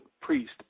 priest